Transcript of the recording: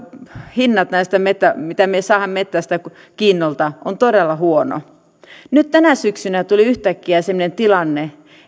hinnat mitä me saamme metsästä kiinnolta ovat todella huonoja nyt tänä syksynä tuli yhtäkkiä semmoinen tilanne